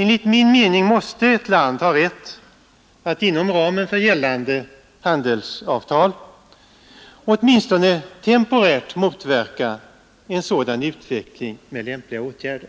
Enligt min mening måste ett land ha rätt att inom ramen för gällande handelsavtal åtminstone temporärt motverka en sådan utveckling med lämpliga åtgärder.